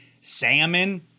salmon